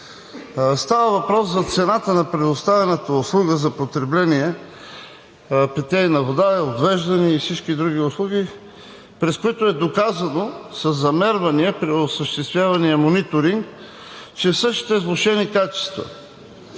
Става въпрос за цената на предоставената услуга за потребление – питейна вода и отвеждане, и всички други услуги, през които е доказано със замервания при осъществявания мониторинг, че същите влошени качества